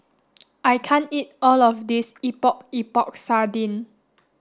I can't eat all of this Epok Epok Sardin